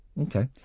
Okay